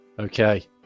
Okay